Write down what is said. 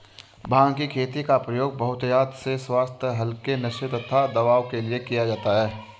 भांग की खेती का प्रयोग बहुतायत से स्वास्थ्य हल्के नशे तथा दवाओं के लिए किया जाता है